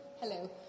Hello